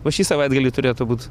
o šį savaitgalį turėtų būt